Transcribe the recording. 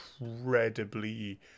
incredibly